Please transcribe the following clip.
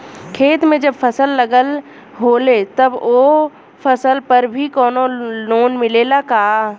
खेत में जब फसल लगल होले तब ओ फसल पर भी कौनो लोन मिलेला का?